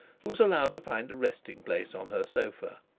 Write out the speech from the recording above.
who was allowed to find a resting-place on her sofa.